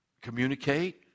communicate